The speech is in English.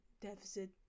deficit